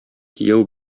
кияү